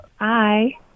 Hi